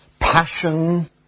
passion